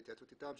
בהתייעצות אתם,